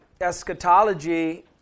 eschatology